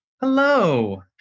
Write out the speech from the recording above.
Hello